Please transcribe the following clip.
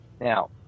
now